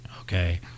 okay